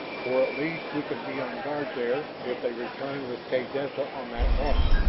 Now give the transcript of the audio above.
or at least we can be on guard there if they return with kaydessa on that path.